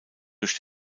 durch